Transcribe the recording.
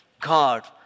God